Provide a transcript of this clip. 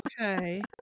okay